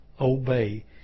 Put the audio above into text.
obey